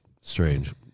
strange